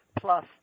plus